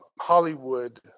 Hollywood